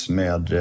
med